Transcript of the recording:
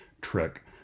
trick